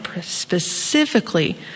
specifically